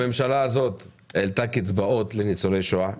הממשלה האת העלתה קצבאות לניצולי שואה.